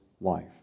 life